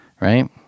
Right